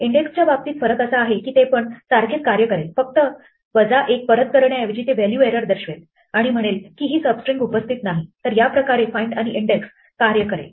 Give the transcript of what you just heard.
index च्या बाबतीत फरक असा आहे की ते पण सारखेच कार्य करेल फक्त 1 परत करण्याऐवजी ते व्हॅल्यू एरर दर्शवेल आणि म्हणेल की ही सब स्ट्रिंग उपस्थित नाही तर या प्रकारे find आणि index कार्य करेल